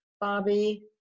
bobby